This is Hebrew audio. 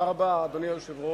אדוני היושב-ראש,